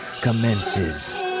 commences